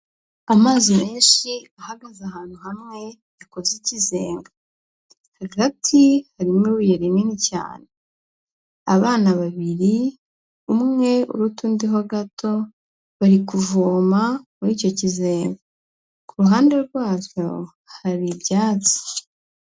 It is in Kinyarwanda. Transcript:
Amazi menshi ahagaze ahantu hamwe yakoze ikizenga, hagati harimo ibuye rinini cyane, abana babiri umwe uruta undi ho gato bari kuvoma muri icyo kizenga, ku ruhande rwacyo hari ibyatsi.